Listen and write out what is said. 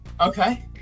Okay